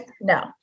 no